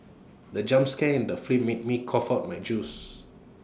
the jump scare in the film made me cough out my juice